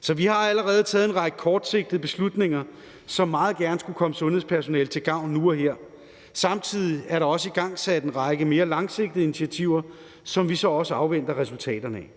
Så vi har allerede taget en række kortsigtede beslutninger, som meget gerne skulle komme sundhedspersonalet til gavn nu og her. Samtidig er der også igangsat en række mere langsigtede initiativer, som vi så også afventer resultaterne af.